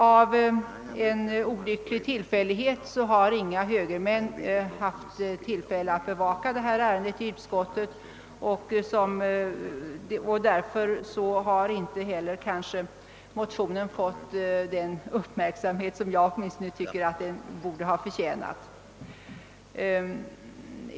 Av en olycklig tillfällighet har inga högermän haft tillfälle att bevaka ärendet i utskottet, och därför har kanske motionen inte heller rönt den uppmärksamhet som åtminstone jag tycker att den borde ha förtjänat.